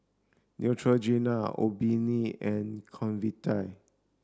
Neutrogena Obimin and Convatec